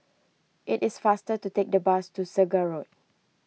it is faster to take the bus to Segar Road